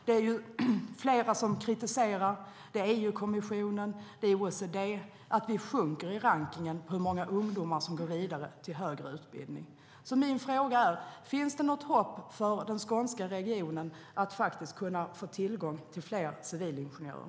Det är många som kritiserar oss - EU-kommissionen, OECD - för att vi sjunker i rankningen över antalet ungdomar som går vidare till högre utbildning. Min fråga är: Finns det något hopp för den skånska regionen att få tillgång till fler civilingenjörer?